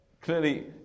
Clearly